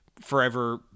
forever